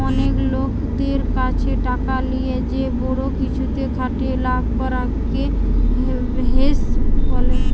অনেক লোকদের কাছে টাকা লিয়ে যে বড়ো কিছুতে খাটিয়ে লাভ করা কে হেজ বোলছে